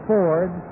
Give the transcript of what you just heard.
Ford